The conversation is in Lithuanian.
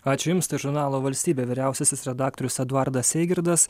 ačiū jums tai žurnalo valstybė vyriausiasis redaktorius eduardas eigirdas